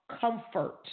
comfort